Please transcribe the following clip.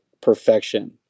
perfection